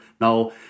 Now